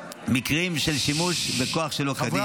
מקרים של שימוש בכוח שלא כדין -- ששש,